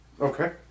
Okay